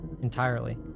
entirely